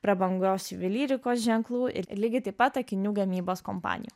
prabangios juvelyrikos ženklų ir lygiai taip pat akinių gamybos kompanijų